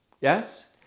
Yes